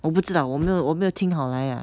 我不知道我没有我没有听好来 ah